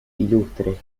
ilustres